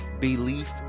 belief